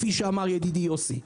כפי שאמר ידידי יוסי.